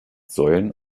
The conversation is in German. säulen